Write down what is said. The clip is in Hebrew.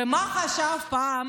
ומה חשב פעם